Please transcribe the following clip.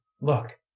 look